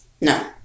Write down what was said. No